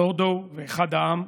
נורדאו ואחד העם,